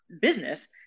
business